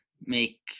make